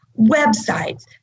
websites